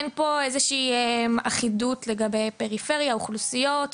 אין פה איזו שהיא אחידות לגבי פריפריה או אוכלוסיות.